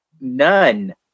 none